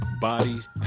bodies